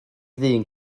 ddyn